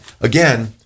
again